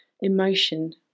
emotion